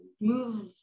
move